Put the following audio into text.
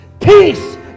peace